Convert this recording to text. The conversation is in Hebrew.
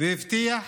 והבטיח